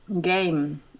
game